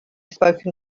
spoken